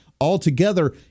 altogether